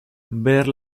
ver